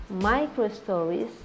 micro-stories